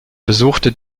besuchte